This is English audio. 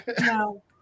No